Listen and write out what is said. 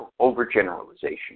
overgeneralization